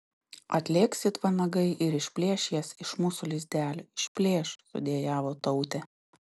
atlėks it vanagai ir išplėš jas iš mūsų lizdelio išplėš sudejavo tautė